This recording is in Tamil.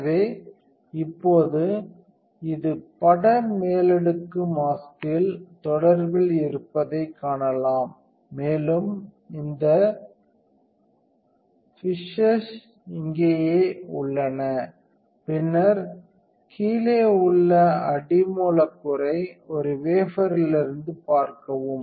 எனவே இப்போது இது பட மேலடுக்கு மாஸ்க்யில் தொடர்பில் இருப்பதைக் காணலாம் மேலும் இந்த பிஷஸ் இங்கேயே உள்ளன பின்னர் கீழே உள்ள அடி மூலக்கூறை ஒரு வேபரிலிருந்து பார்க்கவும்